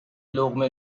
لقمه